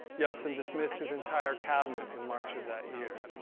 yeltsin dismissed his entire cabinet in march of that year.